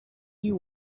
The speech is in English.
you